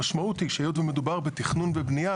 המשמעות היא שהיות ומדובר בתכנון ובנייה,